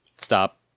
Stop